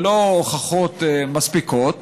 ללא הוכחות מספיקות,